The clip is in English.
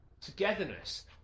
togetherness